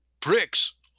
bricks